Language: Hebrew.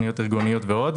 תכניות ארגוניות ועוד.